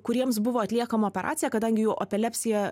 kuriems buvo atliekama operacija kadangi jų apeliacija